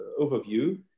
overview